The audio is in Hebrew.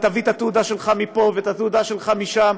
ותביא את התעודה שלך מפה ואת התעודה שלך משם,